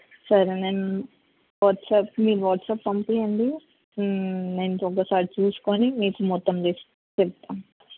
సరే నేను వాట్సప్ మీ వాట్సప్ పంపీయండి నేను ఒకసారి చూసుకోని మీకు మొత్తం లిస్ట్ చెప్తా